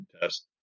test